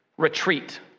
retreat